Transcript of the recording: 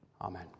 amen